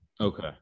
Okay